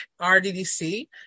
RDDC